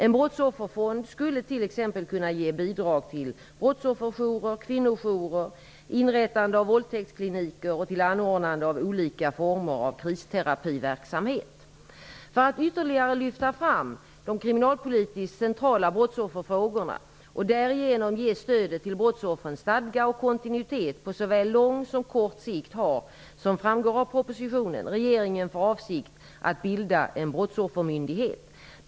En brottsofferfond skulle t.ex. kunna ge bidrag till brottsofferjourer, kvinnorjourer, till inrättande av våldtäktskliniker och till anordnande av olika former av kristerapiverksamhet. För att ytterligare lyfta fram de kriminalpolitiskt centrala brottsofferfrågorna och därigenom ge stödet till brottsoffren stadga och kontinuitet på såväl lång som kort sikt har, som framgår av propositionen, regeringen för avsikt att bilda en brottsoffermyndighet.